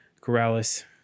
Corrales